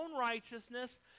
righteousness